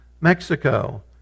Mexico